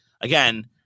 again